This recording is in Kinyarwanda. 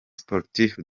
sportifs